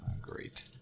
great